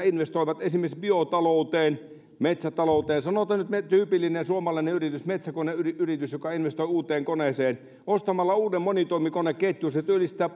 investoivat esimerkiksi biotalouteen metsätalouteen sanotaan nyt tyypillinen suomalainen metsäkoneyritys joka investoi uuteen koneeseen ostamalla uuden monitoimikoneketjun työllistävät